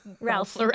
Ralph